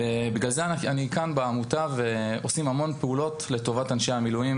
ובגלל זה אני כאן בעמותה ועושים המון פעולות לטובת אנשי המילואים,